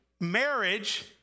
marriage